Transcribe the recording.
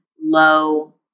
low